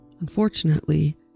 unfortunately